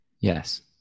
Yes